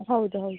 ಹೌದು ಹೌದು